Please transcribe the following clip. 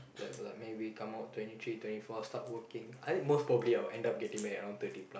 like like maybe come out around twenty three twenty four start working I think most probably I will end up getting married around thirty plus